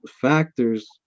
factors